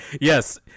Yes